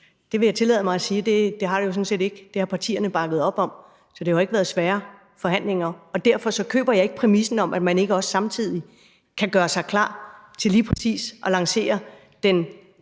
det har partierne bakket op om. Så det har jo ikke været svære forhandlinger, og derfor køber jeg ikke præmissen om, at man ikke også samtidig kan gøre sig klar til lige